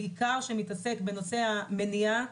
בעיקר כאלה שמתעסקות בנושא המניעה,